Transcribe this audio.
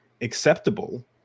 acceptable